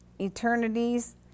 eternities